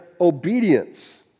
obedience